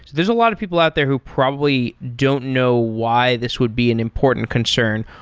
there's a lot of people out there who probably don't know why this would be an important concern.